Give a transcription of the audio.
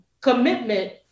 commitment